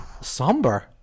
Somber